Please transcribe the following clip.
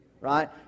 Right